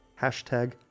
hashtag